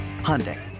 Hyundai